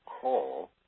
call